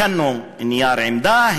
הכנו נייר עמדה,